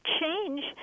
change